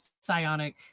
psionic